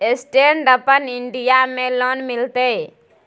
Stand up India में लोन मिलते?